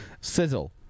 Sizzle